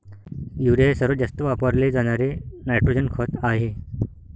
urea हे सर्वात जास्त वापरले जाणारे नायट्रोजन खत आहे